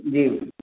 जी